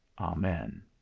Amen